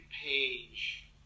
Page